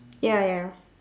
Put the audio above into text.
ya ya